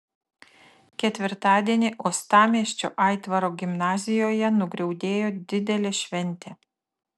ketvirtadienį uostamiesčio aitvaro gimnazijoje nugriaudėjo didelė šventė